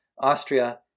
Austria